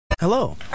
Hello